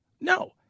no